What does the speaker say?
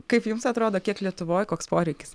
kaip jums atrodo kiek lietuvoj koks poreikis